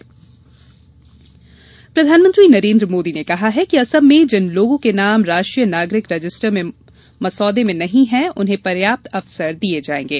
प्रधानमंत्री साक्षात्कार प्रधानमंत्री नरेन्द्र मोदी ने कहा है कि असम में जिन लोगों के नाम राष्ट्रीय नागरिक रजिस्टर के मसौदे में नही है उन्हें पर्याप्त अवसर दिये जायेंगें